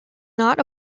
not